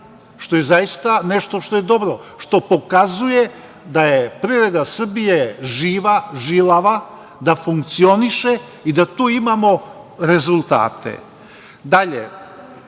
što je zaista nešto što je dobro, što pokazuje da je privreda Srbije živa, žilava, da funkcioniše i da tu imamo rezultate. Dalje,